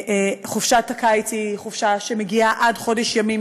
חופשת הקיץ היא חופשה שמגיעה עד חודש ימים,